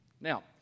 Now